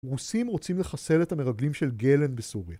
רוסים רוצים לחסל את המרגלים של גלן בסוריה.